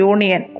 Union